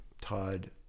Todd